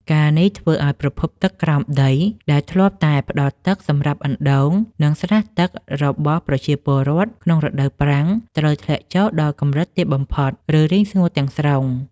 ការណ៍នេះធ្វើឱ្យប្រភពទឹកក្រោមដីដែលធ្លាប់តែផ្តល់ទឹកសម្រាប់អណ្តូង និងស្រះទឹករបស់ប្រជាពលរដ្ឋក្នុងរដូវប្រាំងត្រូវធ្លាក់ចុះដល់កម្រិតទាបបំផុត ឬរីងស្ងួតទាំងស្រុង។